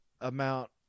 amount